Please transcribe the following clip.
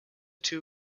two